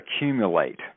accumulate